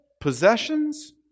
Possessions